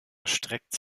erstreckt